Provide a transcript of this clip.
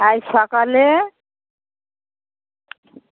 কাল সকালে